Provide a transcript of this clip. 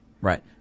Right